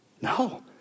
No